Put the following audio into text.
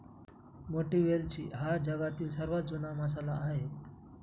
मोठी वेलची हा जगातील सर्वात जुना मसाला आहे